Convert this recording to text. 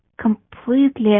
completely